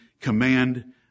command